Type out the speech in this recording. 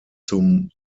zum